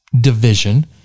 division